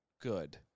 good